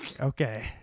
Okay